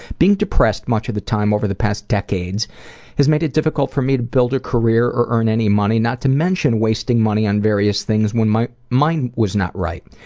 being depressed much of the time over the past decades has made it difficult for me to build a career and earn any money, not to mention wasting money on various things when my mind was not right.